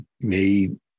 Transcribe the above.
made